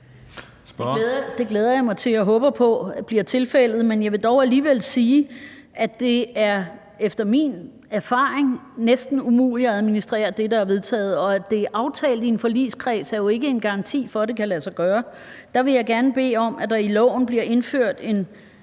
Det glæder jeg mig til og håber på bliver tilfældet. Men jeg vil dog alligevel sige, at det efter min erfaring næsten er umuligt at administrere det, der er vedtaget, og at det er aftalt i en forligskreds, er jo ikke en garanti for, at det kan lade sig gøre. Der vil jeg gerne bede om, at der i loven bliver indført en